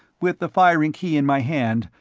with the firing key in my hand,